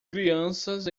crianças